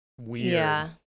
Weird